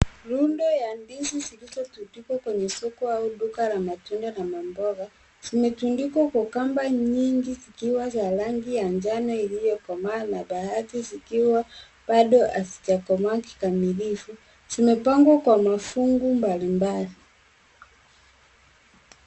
Rundo ya ndizi zilizotundikwa kwa misuko au duka la matunda na mamboga. Zimetundikwa kwa kamba nyingi zikiwa za rangi ya njano iliyokomaa na baadhi zikiwa bado hazijakomaa kikamilifu. Zimepangwa kwa mafungu mbalimbali.